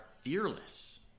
fearless